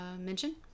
mention